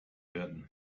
werden